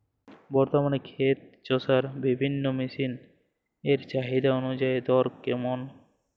বর্তমানে ক্ষেত চষার বিভিন্ন মেশিন এর চাহিদা অনুযায়ী দর কেমন?